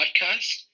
podcast